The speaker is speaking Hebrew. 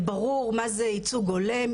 ברור מה זה ייצוג הולם,